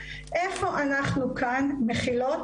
איפה אנחנו כאן מכילות,